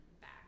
back